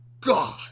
God